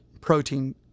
protein